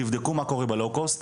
תבדקו מה קורה ב-low cost,